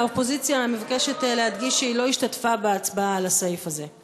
האופוזיציה מבקשת להדגיש שהיא לא השתתפה בהצבעה על הסעיף הזה.